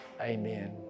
Amen